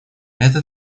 это